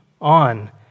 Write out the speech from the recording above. on